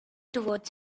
towards